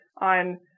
on